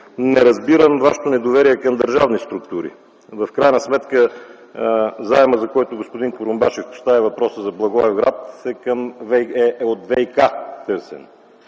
не разбирам Вашето недоверие към държавни структури. В крайна сметка заемът, за който господин Курумбашев постави въпроса - за Благоевград, е от ВиК. Там не